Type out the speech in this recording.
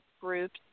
groups